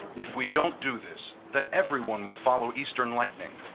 if we don't do this, then everyone will follow eastern lightning.